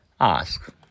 ask